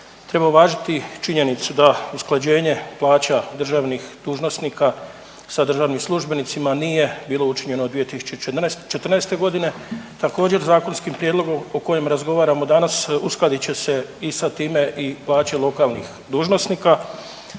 treba uvažiti činjenicu da usklađenje plaća državnih dužnosnika sa državnim službenicima nije bilo učinjeno od 2014. godine. Također zakonski prijedlog o kojem razgovaramo danas uskladit će se i sa time i plaće lokalnih dužnosnika